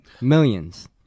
millions